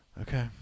Okay